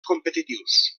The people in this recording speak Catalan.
competitius